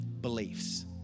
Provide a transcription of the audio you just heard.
beliefs